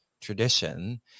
tradition